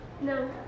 No